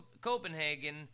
Copenhagen